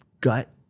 gut